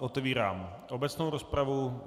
Otevírám obecnou rozpravu.